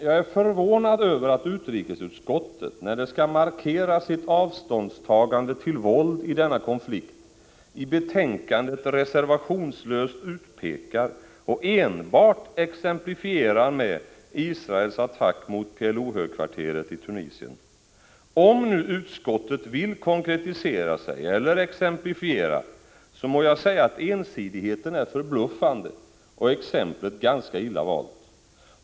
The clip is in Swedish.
Jag är förvånad över att utrikesutskottet, när det skall markera sitt avståndstagande till våld i denna konflikt, i betänkandet reservationslöst utpekar, och enbart exemplifierar med, Israels attack mot PLO-högkvarteret i Tunisien. Om nu utskottet vill konkretisera sig eller exemplifiera, så må jag säga att ensidigheten är förbluffande och exemplet ganska illa valt.